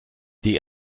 die